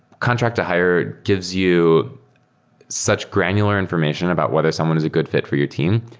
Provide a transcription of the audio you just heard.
contract to hire gives you such granular information about whether someone is a good fit for your team,